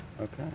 Okay